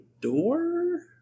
door